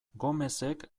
gomezek